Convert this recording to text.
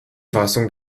fassung